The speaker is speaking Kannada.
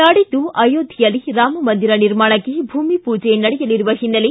ನಾಡಿದ್ದು ಅಯೋಧ್ಯೆಯಲ್ಲಿ ರಾಮ ಮಂದಿರ ನಿರ್ಮಾಣಕ್ಕೆ ಭೂಮಿ ಪೂಜೆ ನಡೆಯಲಿರುವ ಹಿನ್ನೆಲೆ